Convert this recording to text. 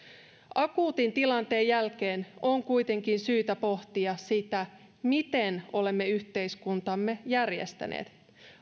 akuutin tilanteen jälkeen on kuitenkin syytä pohtia sitä miten olemme yhteiskuntamme järjestäneet